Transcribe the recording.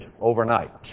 overnight